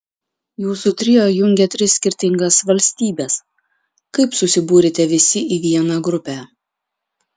jūsų trio jungia tris skirtingas valstybes kaip susibūrėte visi į vieną grupę